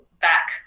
back